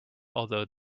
although